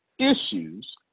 issues